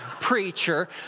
preacher